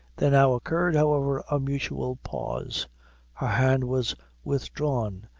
there now occurred, however, a mutual pause. her hand was withdrawn,